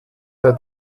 sei